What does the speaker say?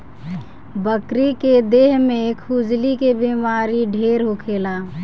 बकरी के देह में खजुली के बेमारी ढेर होखेला